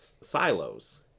silos